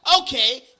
Okay